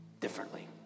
differently